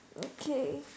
okay